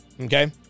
okay